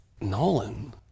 Nolan